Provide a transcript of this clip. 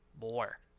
more